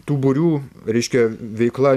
tų būrių reiškia veikla